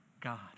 God